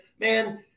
Man